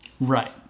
Right